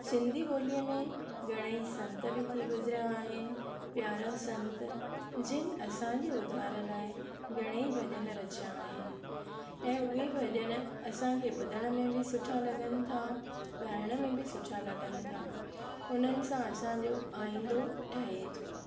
सिंधी ॿोलीअ में घणेई संत बि थी गुज़िरियां आहिनि प्यारा संत जिन असांजी उद्धार लाइ घणेई भॼन रचिया आहिनि ऐं उहे भॼण असांखे ॿुधण में बि सुठा लॻनि था ॻाइण में बि सुठा लॻनि था उन्हनि सां असांजो आईंदो ठहे थो